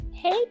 Hey